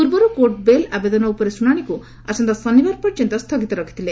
ପୂର୍ବରୁ court bail ଆବେଦନ ଉପରେ ଶୁଶାଣିକୁ ଆସନ୍ତା ଶନିବାର ପର୍ଯ୍ୟନ୍ତ ସ୍ଥଗିତ ରଖିଥିଲେ